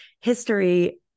history